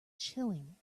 chilling